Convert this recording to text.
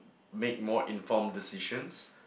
make more informed decisions